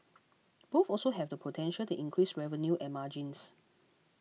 both also have the potential to increase revenue and margins